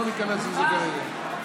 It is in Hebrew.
לא ניכנס לזה כרגע.